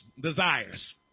desires